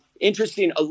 Interesting